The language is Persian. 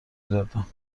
میدادم